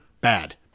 bad